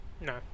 No